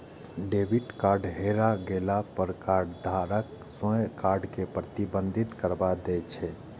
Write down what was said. debit card हेरा गेला पर कार्डधारक स्वयं कार्ड कें प्रतिबंधित करबा दै छै